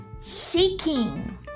seeking